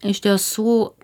iš tiesų